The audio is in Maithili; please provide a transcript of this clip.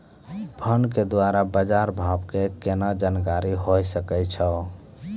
फोन के द्वारा बाज़ार भाव के केना जानकारी होय सकै छौ?